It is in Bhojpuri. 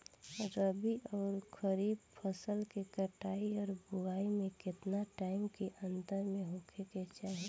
रबी आउर खरीफ फसल के कटाई और बोआई मे केतना टाइम के अंतर होखे के चाही?